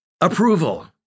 approval